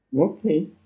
Okay